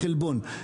חלבון.